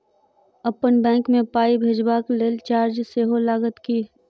अप्पन बैंक मे पाई भेजबाक लेल चार्ज सेहो लागत की?